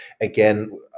again